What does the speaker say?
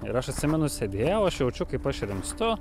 ir aš atsimenu sėdėjau aš jaučiu kaip aš rimstu